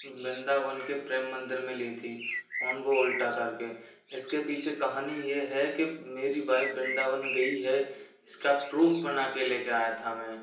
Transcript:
वृंदावन के प्रेम मंदिर में ली थी फोन को उल्टा करके इसके पीछे कहानी ये है कि मेरी वाइफ वृंदावन गई है इसका प्रूफ बनाके लेके आया था मैं